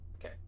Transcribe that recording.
Okay